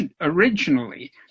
originally